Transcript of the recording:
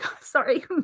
sorry